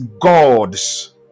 gods